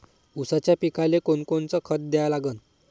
ऊसाच्या पिकाले कोनकोनचं खत द्या लागन?